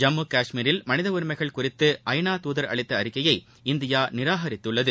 ஜம்மு காஷ்மீரில் மனித உரிமைகள் குறித்து ஐநா துதர் அளித்த அறிக்கையை இந்தியா நிராகரித்துள்ளது